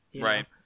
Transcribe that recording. Right